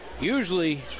usually